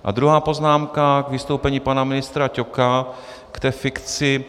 A druhá poznámka k vystoupení pana ministra Ťoka k té fikci.